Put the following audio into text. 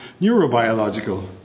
neurobiological